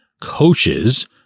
coaches